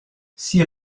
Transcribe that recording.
six